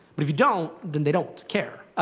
but if you don't, then they don't care.